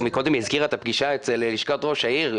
קודם היא הזכירה את הפגישה בלשכת ראש העיר,